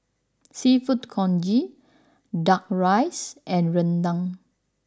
Seafood Congee Duck Rice and Rendang